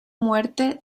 muerte